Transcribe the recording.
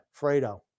Fredo